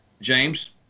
James